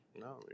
No